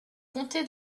comté